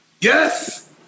Yes